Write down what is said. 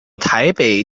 台北